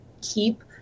keep